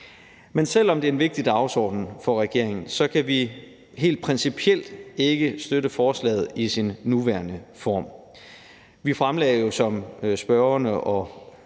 Men selv om det er en vigtig dagsorden for regeringen, kan vi helt principielt ikke støtte forslaget i dets nuværende form. Vi fremlagde jo, som ordføreren